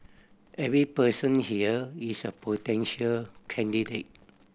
every person here is a potential candidate